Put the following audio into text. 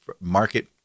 market